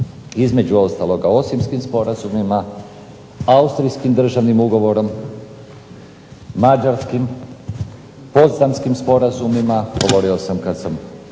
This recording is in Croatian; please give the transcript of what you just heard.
se ne razumije./… sporazumima, austrijskim državnim ugovorom, mađarskim, bosanskim sporazumima govorio sam kad sam,